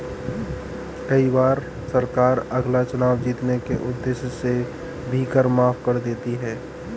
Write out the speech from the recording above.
कई बार सरकार अगला चुनाव जीतने के उद्देश्य से भी कर माफ कर देती है